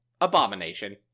abomination